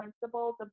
principles